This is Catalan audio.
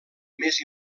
més